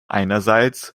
einerseits